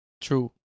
True